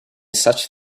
such